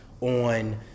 on